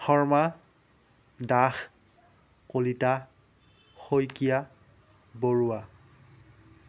Sharma Das Kalita Saikia Barua